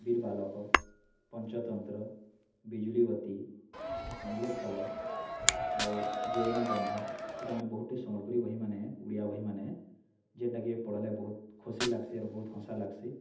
ବୀର୍ ବାଲକ ପଞ୍ଚ ତନ୍ତ୍ର ବିଜୁଲି ବତୀ ଅମୃତ୍ ଫଲ ଆଉ ଜୈନ ବନ୍ଧା ଏଟା ମାନେ ବହୁଟେ ସମ୍ବଲପୁର ବହିମାନେ ଓଡ଼ିଆ ବହିମାନେ ଯେନ୍ଟାକି ପଢ଼୍ଲେ ବହୁତ୍ ଖୁସି ଲାଗ୍ସି ଆର୍ ବହୁତ୍ ହସା ଲାଗ୍ସି